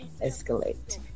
escalate